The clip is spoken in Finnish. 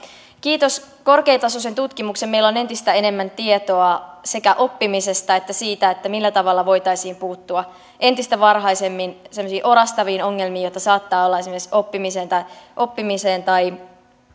kiitos korkeatasoisen tutkimuksen meillä on entistä enemmän tietoa sekä oppimisesta että siitä millä tavalla voitaisiin puuttua entistä varhaisemmin semmoisiin orastaviin ongelmiin joita saattavat olla esimerkiksi oppimiseen tai oppimiseen tai